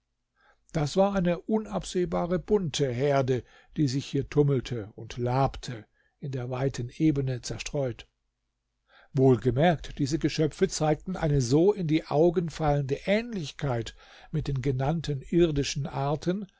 das war eine unabsehbare bunte herde die sich hier tummelte und labte in der weiten ebene zerstreut wohlgemerkt diese geschöpfe zeigten eine so in die augen fallende ähnlichkeit mit den genannten irdischen arten